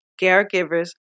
caregivers